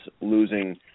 losing